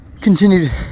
continued